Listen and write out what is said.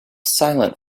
silent